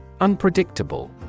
Unpredictable